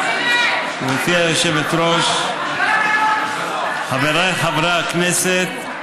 גברתי היושבת-ראש, חבריי חברי הכנסת,